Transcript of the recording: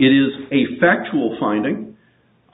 it is a factual finding i